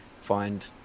find